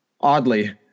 oddly